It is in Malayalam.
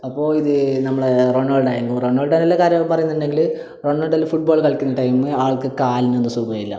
അപ്പോൾ ഇത് നമ്മളെ റൊണോൾഡോ ആയെങ്കിൽ റൊണോൾഡോന്റെയെല്ലാം കാര്യങ്ങൾ പറയുന്നുണ്ടെങ്കിൽ റൊണോൾഡോയില് ഫുട്ബോള് കളിക്കുന്ന ടൈംമ് ആൾക്ക് കാലിനെന്തോ സുഖമില്ല